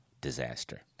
disaster